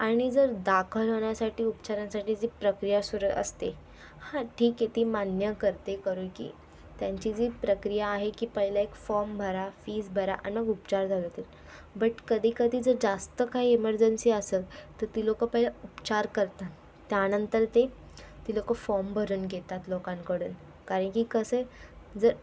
आणि जर दाखल होण्यासाठी उपचारांसाठी जी प्रक्रिया सुरू असते हां ठीक आहे ती मान्य करते करू की त्यांची जी प्रक्रिया आहे की पहिले एक फॉम भरा फीज भरा आणि मग उपचार चालू होतील बट कधी कधी जर जास्त काही इमरजन्सी असेल तर ती लोकं पहिलं उपचार करतात त्यानंतर ते ती लोकं फॉम भरून घेतात लोकांकडून कारण की कसं आहे जर